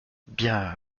bien